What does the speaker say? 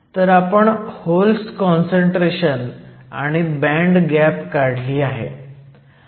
तर आपण holes concentration आणि बँड गॅप काढली आहे